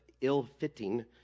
ill-fitting